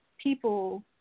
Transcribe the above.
people